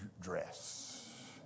dress